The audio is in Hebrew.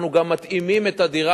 אנחנו גם מתאימים את הדירה,